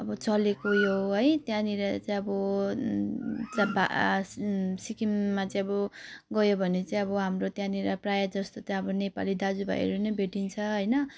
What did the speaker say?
अब चलेको उयो हो है त्यहाँनिर चाहिँ अब जा पा आस सिक्किममा चाहिँ अब गयो भने चाहिँ अब हाम्रो त्यहाँनिर प्रायः जस्तो चाहिँ अब नेपाली दाजुभाइहरू नै भेटिन्छ होइन